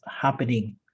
happening